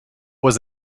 was